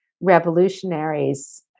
revolutionaries